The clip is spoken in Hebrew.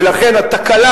ולכן התקלה,